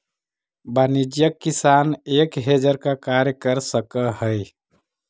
वाणिज्यिक किसान एक हेजर का कार्य कर सकअ हई